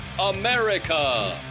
America